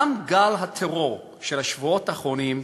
גם גל הטרור של השבועות האחרונים,